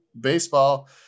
Baseball